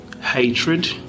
hatred